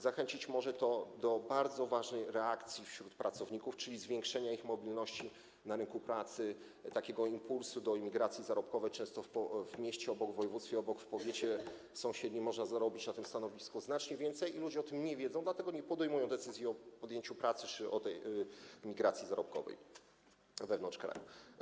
Zachęcić to może pracowników do bardzo ważnej reakcji, czyli zwiększenia ich mobilności na rynku pracy, takiego impulsu do emigracji zarobkowej - często w mieście obok, w województwie obok, w sąsiednim powiecie można zarobić na tym stanowisku znacznie więcej i ludzie o tym nie wiedzą, dlatego nie podejmują decyzji o podjęciu pracy, o tej migracji zarobkowej wewnątrz kraju.